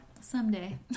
Someday